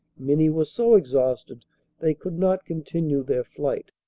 many were so exhausted they could not continue their flight.